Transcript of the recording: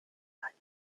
night